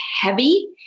heavy